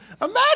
Imagine